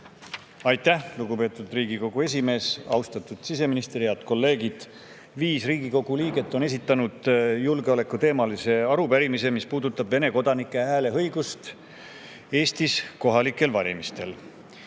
Aitäh, lugupeetud Riigikogu esimees! Austatud siseminister! Head kolleegid! Viis Riigikogu liiget on esitanud julgeolekuteemalise arupärimise, mis puudutab Vene kodanike hääleõigust Eestis kohalikel valimistel.